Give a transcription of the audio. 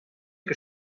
que